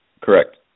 Correct